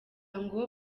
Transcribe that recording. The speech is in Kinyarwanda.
ngo